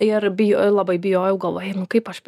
ir bijo labai bijojau galvoju ei nu kaip aš